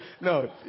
No